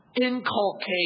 inculcate